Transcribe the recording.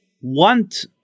want